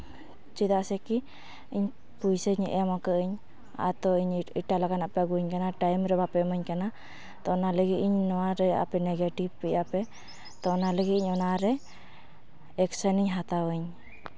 ᱪᱮᱫᱟᱜ ᱥᱮ ᱠᱤ ᱤᱧ ᱯᱩᱭᱥᱟᱹᱧ ᱮᱢ ᱠᱟᱹᱜ ᱟᱹᱧ ᱟᱨ ᱛᱚ ᱤᱧ ᱮᱴᱟᱜ ᱞᱮᱠᱟᱱᱟᱜ ᱯᱮ ᱟᱹᱜᱩ ᱟᱹᱧ ᱠᱟᱱᱟ ᱴᱟᱭᱤᱢ ᱨᱮ ᱵᱟᱯᱮ ᱮᱢᱟᱹᱧ ᱠᱟᱱᱟ ᱛᱚ ᱚᱱᱟ ᱞᱟᱹᱜᱤᱫ ᱤᱧ ᱱᱚᱣᱟ ᱨᱮ ᱟᱯᱮ ᱱᱮᱜᱮᱴᱤᱵᱷ ᱮᱭᱟᱜᱟᱯᱮ ᱛᱚ ᱚᱱᱟ ᱞᱟᱹᱜᱤᱫ ᱚᱱᱟᱨᱮ ᱮᱠᱥᱚᱱᱤᱧ ᱦᱟᱛᱟᱣᱟᱹᱧ